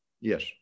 Yes